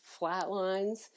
flatlines